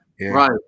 right